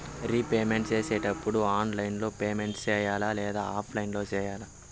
repayment సేసేటప్పుడు online లో payment సేయాలా లేదా ఆఫ్లైన్ లో సేయాలా